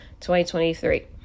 2023